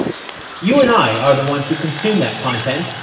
you and i are the ones who consume that content,